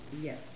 yes